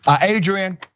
Adrian